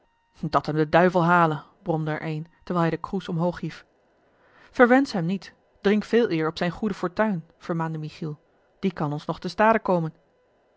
dat hem de duivel hale bromde er een terwijl hij den kroes omhoog hief verwensch hem niet drink veeleer op zijne goede fortuin vermaande michiel die kan ons nog te stade komen